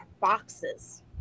boxes